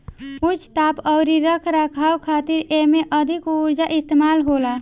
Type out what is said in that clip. उच्च ताप अउरी रख रखाव खातिर एमे अधिका उर्जा इस्तेमाल होला